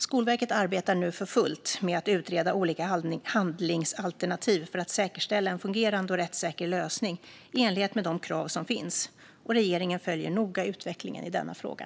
Skolverket arbetar nu för fullt med att utreda olika handlingsalternativ för att säkerställa en fungerande och rättssäker lösning i enlighet med de krav som finns. Regeringen följer noga utvecklingen i denna fråga.